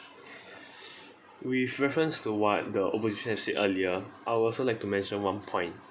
with reference to what the opposition had said earlier I would also like to mention one point